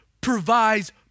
provides